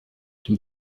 den